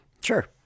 Sure